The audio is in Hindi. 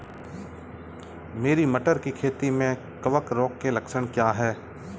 मेरी मटर की खेती में कवक रोग के लक्षण क्या हैं?